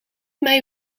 mij